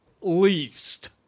least